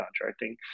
contracting